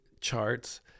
charts